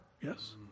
yes